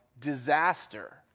disaster